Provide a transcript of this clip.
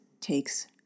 takes